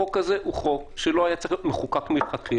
החוק הזה הוא חוק שלא היה צריך להיות מחוקק מלכתחילה.